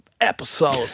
episode